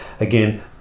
again